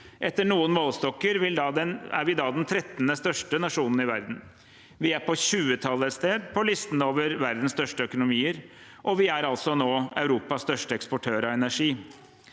Etter noen målestokker er vi da den 13. største nasjonen i verden. Vi er på 20-tallet et sted på listen over verdens største økonomier. Vi er også nå Europas største eksportør av energi.